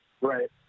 right